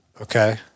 Okay